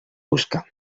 buscar